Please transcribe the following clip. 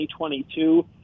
2022